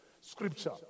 scripture